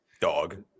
dog